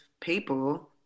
people